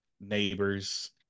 neighbors